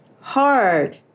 hard